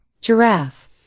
Giraffe